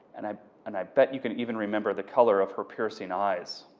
and i and i bet you can even remember the color of her piercing eyes.